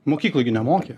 mokykoj gi nemokė